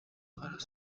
гараас